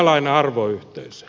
minkälainen arvoyhteisö